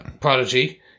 Prodigy